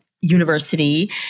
University